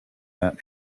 that